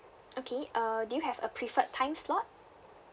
okay uh do you have a preferred time slot